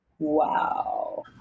Wow